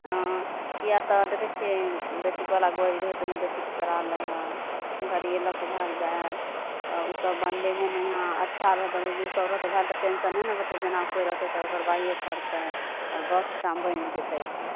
हँ किए तऽ देखै छियै बैट्रीक बला गड़ी रहै तऽ ओहिमे बैट्रीक चोरा लै है गड़ीये लऽ कऽ भागि जाइ है तऽ ओ सब बनबैमे ने यहाँ टेंशन नही ने रहतै जेना कोइ रहतै तऽ ओगरबाहिये करतै आर बस स्टाम्प बनि जेतै तऽ